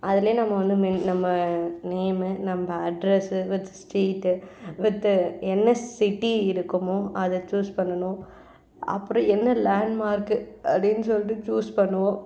அதுல நம்ம வந்து மென் நம்ம நேம்மு நம்ப அட்ரெஸ்ஸு வித் ஸ்ட்ரீட்டு வித்து என்ன சிட்டி இருக்கமோ அதை சூஸ் பண்ணணும் அப்புறம் என்ன லேண்ட்மார்க்கு அப்படின்னு சொல்லிட்டு சூஸ் பண்ணுவோம்